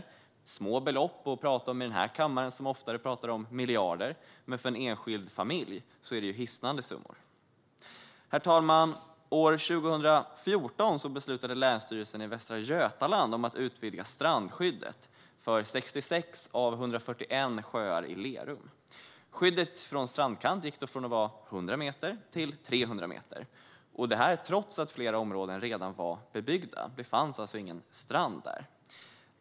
Det är små belopp i den här kammaren, där vi ofta pratar om miljarder, men för en enskild familj är det hisnande summor. Herr talman! År 2014 beslutade Länsstyrelsen i Västra Götaland att utöka strandskyddet för 66 av 141 sjöar i Lerum. Skyddet från strandkant gick då från att vara 100 meter till 300 meter. Detta skedde trots att flera områden redan var bebyggda. Det fanns alltså ingen strand där.